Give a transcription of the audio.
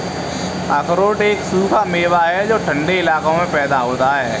अखरोट एक सूखा मेवा है जो ठन्डे इलाकों में पैदा होता है